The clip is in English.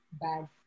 bad